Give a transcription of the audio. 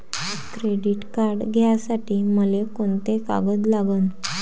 Credit card घ्यासाठी मले कोंते कागद लागन?